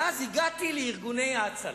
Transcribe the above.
ואז הגעתי לארגוני ההצלה.